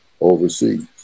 overseas